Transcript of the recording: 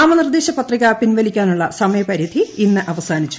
നാമനിർദ്ദേശപത്രിക പിൻവലിക്കാനുളള സമയപരിധി ഇന്ന് അവസാനിച്ചു